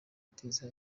iteza